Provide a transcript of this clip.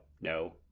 no